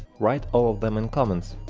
write all of them in comments